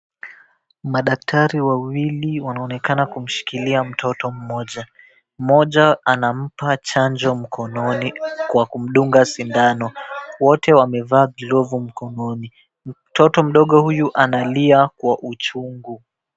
Madaktari wawili wanaonekana kumshikilia mtoto mmoja, mmoja anampa chanjo mkononi kwa kumdunga sindano, wote wamevaa glovu mkononi, mtoto mdogo huyu analia kwa uchungu.